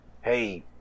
hey